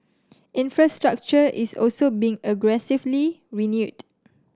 infrastructure is also being aggressively renewed